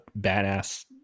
badass